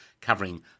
covering